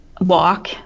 walk